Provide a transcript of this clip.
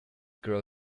grow